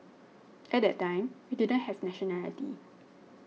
at that time we didn't have nationality